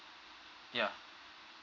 yeah